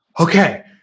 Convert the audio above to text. Okay